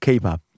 K-pop